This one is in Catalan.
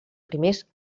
primers